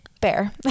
bear